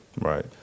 Right